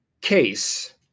case